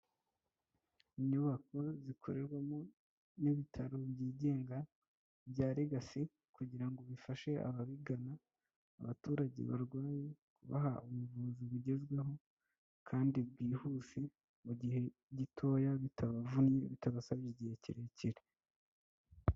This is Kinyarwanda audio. Inyubako zikorerwamo n'ibitaro byigenga bya legasi kugira ngo bifashe ababigana abaturage barwaye kubaha ubuvuzi bugezweho kandi bwihuse mu gihe gitoya bitabavunnye bitabasabye igihe kirekire.